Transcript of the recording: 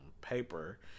paper